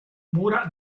mura